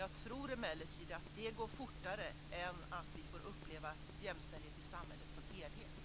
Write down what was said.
Jag tror emellertid att det kommer att gå fortare än att vi får uppleva jämställdhet i samhället som helhet.